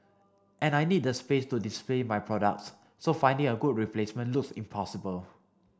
and I need the space to display my products so finding a good replacement looks impossible